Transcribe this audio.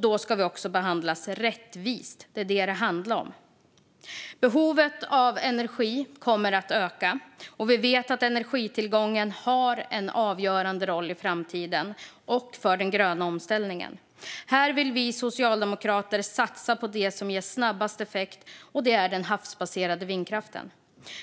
Då ska vi också behandlas rättvist; det är vad det handlar om. Behovet av energi kommer att öka, och vi vet att energitillgången har en avgörande roll i framtiden och för den gröna omställningen. Här vill vi socialdemokrater satsa på det som ger snabbast effekt, och det är den havsbaserade vindkraften.